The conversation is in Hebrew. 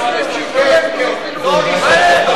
אני מסכים שייתנו להם דיור חלופי.